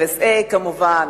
FSA כמובן,